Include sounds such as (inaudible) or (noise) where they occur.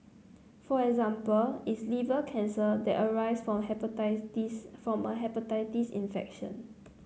for example is liver cancer that arise for (unintelligible) from a hepatitis infection